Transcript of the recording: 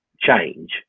change